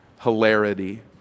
hilarity